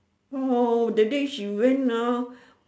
oh the day she went ah